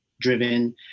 driven